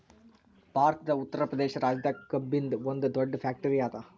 ಭಾರತದ್ ಉತ್ತರ್ ಪ್ರದೇಶ್ ರಾಜ್ಯದಾಗ್ ಕಬ್ಬಿನ್ದ್ ಒಂದ್ ದೊಡ್ಡ್ ಫ್ಯಾಕ್ಟರಿ ಅದಾ